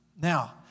Now